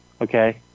Okay